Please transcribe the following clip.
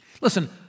Listen